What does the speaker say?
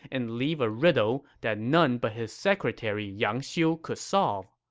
and leave a riddle that none but his secretary yang xiu could solve.